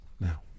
Now